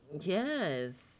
Yes